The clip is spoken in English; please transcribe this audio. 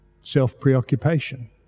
self-preoccupation